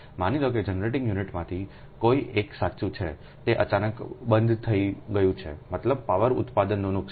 માની લો કે જનરેટિંગ યુનિટમાંથી કોઈ એક સાચું છે તે અચાનક બંધ થઈ ગયું છે મતલબ પાવર ઉત્પાદન નું નુકસાન